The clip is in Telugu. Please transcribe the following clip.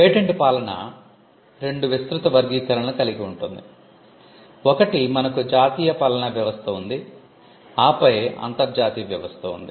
పేటెంట్ పాలన రెండు విస్తృత వర్గీకరణలను కలిగి ఉంటుంది ఒకటి మనకు జాతీయ పాలనా వ్యవస్థ ఉంది ఆపై అంతర్జాతీయ వ్యవస్థ ఉంది